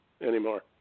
anymore